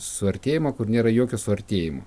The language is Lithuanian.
suartėjimą kur nėra jokio suartėjimo